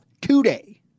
today